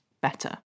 better